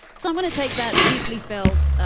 so i'm going to take that deeply felt,